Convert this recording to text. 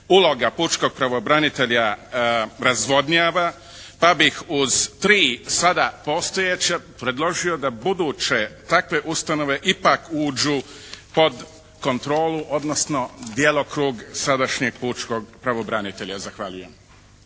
uloga pučkog pravobranitelja razvodnjava pa bi uz tri sada postojeće predložio da buduće takve ustanove ipak uđu pod kontrolu, odnosno djelokrug sadašnjeg pučkog pravobranitelja. Zahvaljujem.